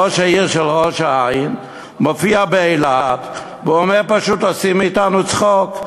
ראש העיר ראש-העין מופיע באילת ואומר: פשוט עושים מאתנו צחוק.